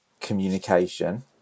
communication